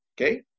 Okay